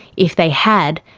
if they had,